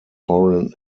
foreign